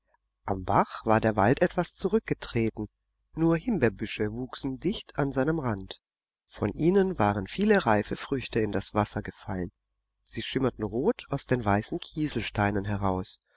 am bach war der wald etwas zurückgetreten nur himbeerbüsche wuchsen dicht an seinem rand von ihnen waren viele reife früchte in das wasser gefallen sie schimmerten rot aus den weißen kieselsteinen heraus